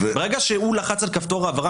ברגע שהוא לחץ על כפתור ההעברה,